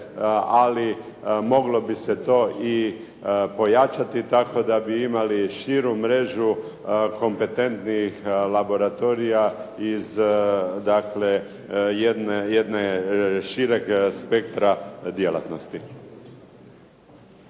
Ali moglo bi se to i pojačati tako da bi imali širu mrežu kompetentnih laboratorija iz dakle, jednog šireg spektra djelatnosti.